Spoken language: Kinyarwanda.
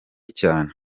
cyane